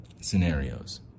scenarios